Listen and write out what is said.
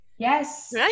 Yes